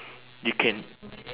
you can